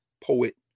poet